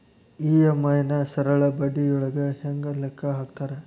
EMI ನ ಸರಳ ಬಡ್ಡಿಯೊಳಗ ಹೆಂಗ ಲೆಕ್ಕ ಹಾಕತಾರಾ